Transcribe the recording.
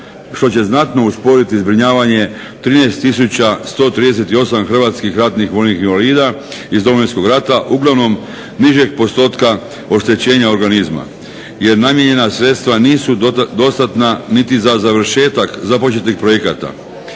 što će znatno usporiti zbrinjavanje 13138 hrvatskih ratnih vojnih invalida iz Domovinskog rata, uglavnom nižeg postotka oštećenja organizma jer namijenjena sredstva nisu dostatna niti za završetak započetih projekata.